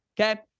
okay